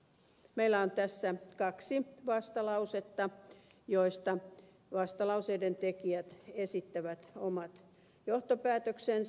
meillä on tässä kaksi vastalausetta joista vastalauseiden tekijät esittävät omat johtopäätöksensä